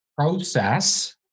process